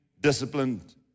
Disciplined